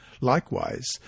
Likewise